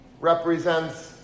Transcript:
represents